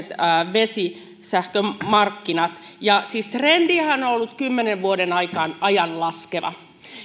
vesisähkömarkkinat siis trendihän on ollut kymmenen vuoden ajan laskeva